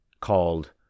called